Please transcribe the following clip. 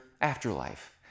afterlife